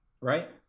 right